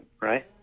right